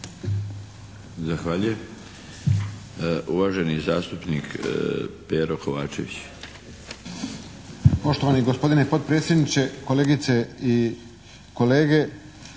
Zahvaljujem. Uvaženi zastupnik Pero Kovačević.